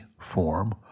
form